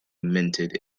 minted